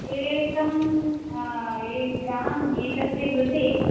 एकं ग्राम् एकस्य कृते